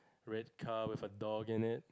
red car with a dog in it